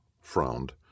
frowned